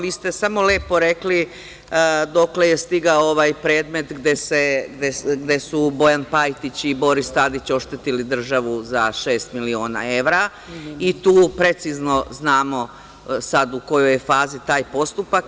Vi ste samo lepo rekli dokle je stigao ovaj predmet gde su Bojan Pajtić i Boris Tadić oštetili državu za šest miliona evra i tu precizno znamo sada u kojoj je fazi taj postupak.